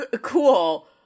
cool